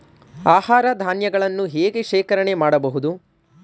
ಆಹಾರ ಧಾನ್ಯಗಳನ್ನು ಹೇಗೆ ಶೇಖರಣೆ ಮಾಡಬಹುದು?